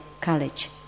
college